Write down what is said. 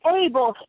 able